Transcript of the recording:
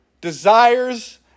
desires